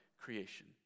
creation